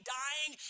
dying